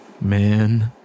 Man